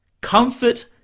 Comfort